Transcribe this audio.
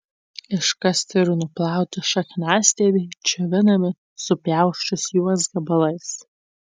iškasti ir nuplauti šakniastiebiai džiovinami supjausčius juos gabalais